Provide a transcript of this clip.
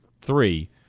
three